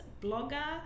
blogger